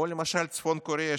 או למשל צפון קוריאה,